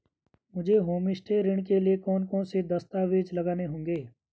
मुझे होमस्टे ऋण के लिए कौन कौनसे दस्तावेज़ लगाने होंगे?